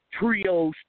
trios